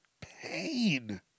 pain